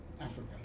Africa